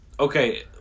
Okay